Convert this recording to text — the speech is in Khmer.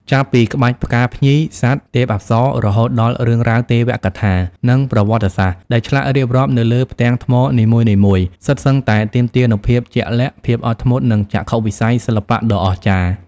ចាប់ពីក្បាច់ផ្កាភ្ញី សត្វ ទេពអប្សរ រហូតដល់រឿងរ៉ាវទេវកថា និងប្រវត្តិសាស្ត្រ ដែលឆ្លាក់រៀបរាប់នៅលើផ្ទាំងថ្មនីមួយៗ សុទ្ធសឹងតែទាមទារនូវភាពជាក់លាក់ ភាពអត់ធ្មត់ និងចក្ខុវិស័យសិល្បៈដ៏អស្ចារ្យ។